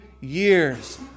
years